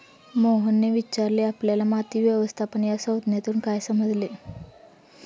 मोहनने विचारले आपल्याला माती व्यवस्थापन या संज्ञेतून काय समजले?